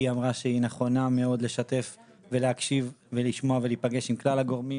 היא אמרה שהיא נכונה מאוד לשתף ולהקשיב ולשמוע ולהיפגש עם כלל הגורמים.